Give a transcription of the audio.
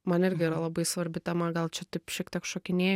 man irgi yra labai svarbi tema gal čia taip šiek tiek šokinėju